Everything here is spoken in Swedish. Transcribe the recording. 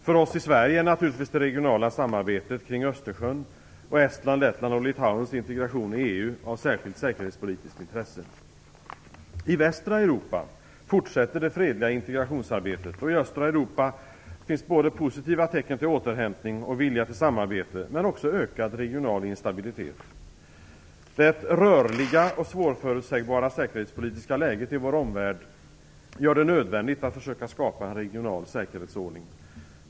För oss i Sverige är naturligtvis det regionala samarbetet kring Östersjön och Estlands, Lettlands och Litauens integration i EU av särskilt säkerhetspolitiskt intresse. I västra Europa fortsätter det fredliga integrationsarbetet, och i östra Europa finns både positiva tecken till återhämtning och vilja till samarbete men också ökad regional instabilitet. Det rörliga och svårförutsägbara säkerhetspolitiska läget i vår omvärld gör det nödvändigt att försöka skapa en regional säkerhetsordning.